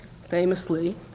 famously